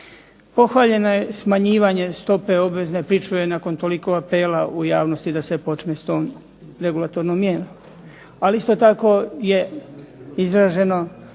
Pohvaljeno je smanjivanje stope obvezne pričuve nakon toliko apela u javnosti da se počne s tom regulatornom mjerom. Ali isto tako je izraženo